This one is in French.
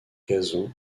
gazon